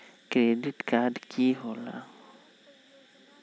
Credit card की होला?